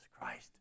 Christ